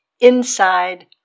inside